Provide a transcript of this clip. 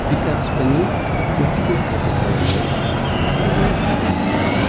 विकास पनि उत्तिकै खाँचो छ भन्ने मेरो भनाइ हो